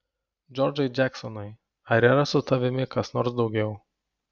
džordžai džeksonai ar yra su tavimi kas nors daugiau